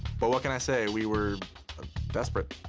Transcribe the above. but what can i say? we were desperate,